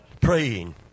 Praying